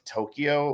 Tokyo